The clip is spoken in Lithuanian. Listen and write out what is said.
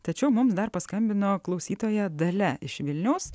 tačiau mums dar paskambino klausytoja dalia iš vilniaus